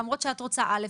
למרות שאת רוצה א',